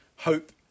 hope